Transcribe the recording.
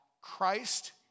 Christ